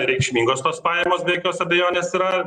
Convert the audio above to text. reikšmingos tos pajamos be jokios abejonės yra